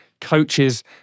coaches